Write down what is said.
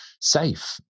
safe